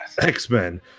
x-men